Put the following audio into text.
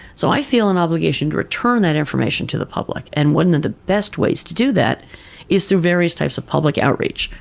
so, i feel an obligation to return that information to the public, and one of the best ways to do that is through various types of public outreach.